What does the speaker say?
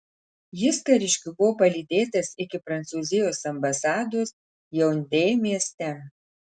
jis kariškių buvo palydėtas iki prancūzijos ambasados jaundė mieste